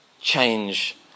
change